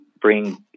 bring